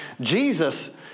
Jesus